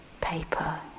paper